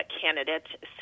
candidate